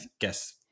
guess